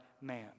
man